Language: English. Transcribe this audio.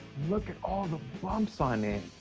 look at all the bumps on it.